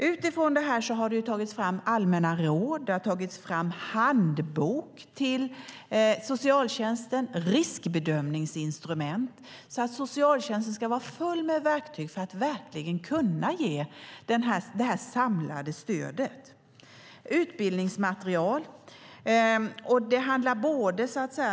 Utifrån det här har det tagits fram allmänna råd, en handbok till socialtjänsten och riskbedömningsinstrument så att socialtjänsten ska ha många verktyg för att verkligen kunna ge ett samlat stöd. Utbildningsmaterial finns också.